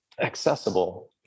accessible